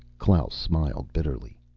klaus smiled bitterly.